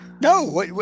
No